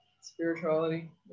spirituality